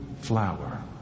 flower